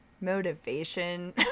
motivation